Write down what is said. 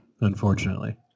Unfortunately